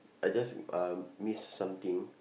I just uh miss something